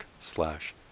slash